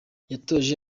yatoje